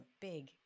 big